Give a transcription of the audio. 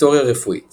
היסטוריה רפואית